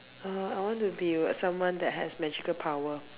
err I want to be uh someone that has magical power